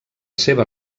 seva